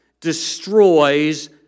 destroys